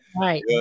right